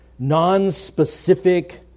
nonspecific